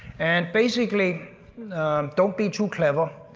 and basically don't be too clever.